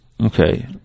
Okay